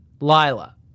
Lila